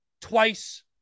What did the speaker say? twice